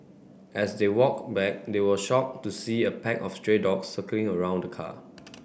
as they walked back they were shocked to see a pack of stray dogs circling around the car